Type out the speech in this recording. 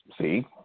See